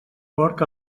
porc